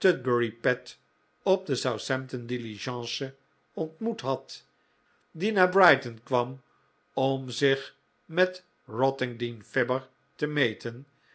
op de southampton diligence ontmoet had die naar brighton kwam om zich met rottingdean fibber te meten